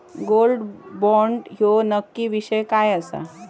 Gold bond ह्यो नक्की विषय काय आसा?